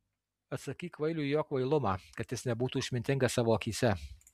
atsakyk kvailiui į jo kvailumą kad jis nebūtų išmintingas savo akyse